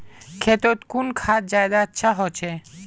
खेतोत कुन खाद ज्यादा अच्छा होचे?